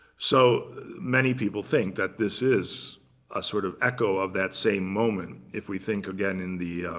so many people think that this is ah sort of echo of that same moment. if we think again in the